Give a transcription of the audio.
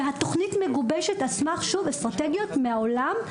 והתוכנית מגובשת על סמך אסטרטגיות מהעולם,